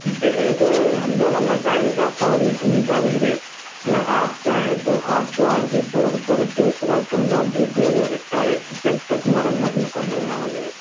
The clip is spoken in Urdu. جی بالکل ہم دونوں مسائل کا فوری حل نکالیں گے اگر آپ چاہیں تو آپ کو عارضی طور پر دوسرا کمرہ بھی دیا جا سکتا ہے جب تک مرمت مکمل نہ ہو جائے